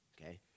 okay